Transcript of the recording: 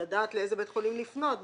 לדעת לאיזה בית חולים לפנות,